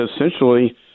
essentially